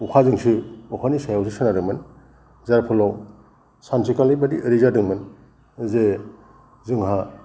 अखाजोंसो अखानि सायावसो सोनारोमोन जार फलाव सानसेखालि बादि ओरै जादोंमोन जे जोंहा